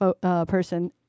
person